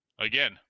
again